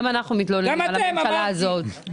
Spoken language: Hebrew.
גם אנחנו מתלוננים על הממשלה הזאת.